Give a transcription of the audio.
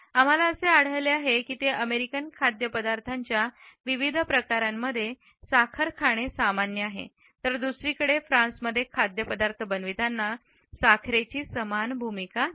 आम्हाला असे आढळले आहे की ते अमेरिकन खाद्यपदार्थांच्या विविध प्रकारांमध्ये साखर खाणे सामान्य आहे तर दुसरीकडे फ्रान्समध्ये खाद्यपदार्थ बनविताना साखरेची समान भूमिका नाही